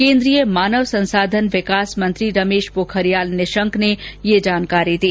केन्द्रीय मानव संसाधन विकास मंत्री रमेश पोखरियाल निशंक ने ये जानकारी दी